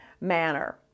manner